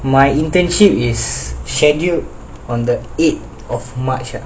my internship is scheduled on the eighth of march ah